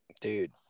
Dude